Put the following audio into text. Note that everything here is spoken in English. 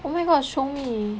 oh my god show me